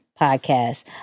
podcast